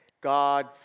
God